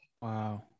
Wow